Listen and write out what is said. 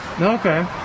Okay